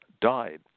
died